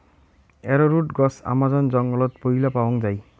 arrowroot গছ Amazon জঙ্গলত পৈলা পাওয়াং যাই